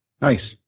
Nice